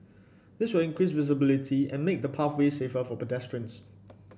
this will increase visibility and make the pathway safer for pedestrians